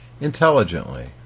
intelligently